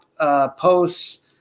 posts